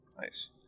Nice